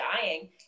dying